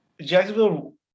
Jacksonville